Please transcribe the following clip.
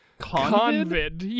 Convid